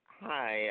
Hi